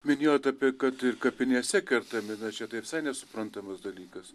minėjot apie kad ir kapinėse kertami na čia tai visai nesuprantamas dalykas